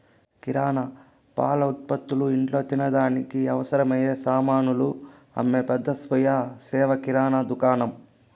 కిరణా, పాల ఉత్పతులు, ఇంట్లో తినడానికి అవసరమైన సామానులు అమ్మే పెద్ద స్వీయ సేవ కిరణా దుకాణం